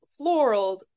florals